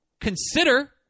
consider